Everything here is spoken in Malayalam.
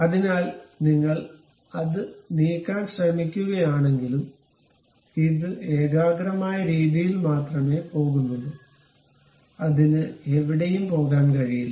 അതിനാൽ നിങ്ങൾ അത് നീക്കാൻ ശ്രമിക്കുകയാണെങ്കിലും ഇത് ഏകാഗ്രമായ രീതിയിൽ മാത്രമേ പോകുന്നുള്ളൂ അതിന് എവിടെയും പോകാൻ കഴിയില്ല